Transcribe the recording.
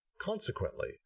Consequently